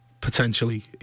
Potentially